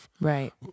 Right